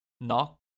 Knock